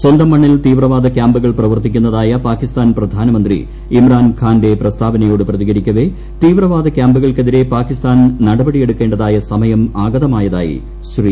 സ്വന്തം മണ്ണിൽ തീവ്രവാദ ക്യാമ്പുകൾ പ്രവർത്തിക്കുന്നതായ പാകിസ്ഥാൻ പ്രധാനമന്ത്രി ഇമ്രാൻഖാന്റെ പ്രസ്താവനയോട് പ്രതികരിക്കവേ തീവ്രവാദ ക്യാമ്പുകൾക്കെതിരെ പാകിസ്ഥാൻ നടപടിയെടുക്കേണ്ടതായ സമയം ആഗതമായതായി ശ്രീ